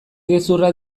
gezurra